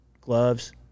gloves